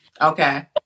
okay